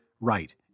right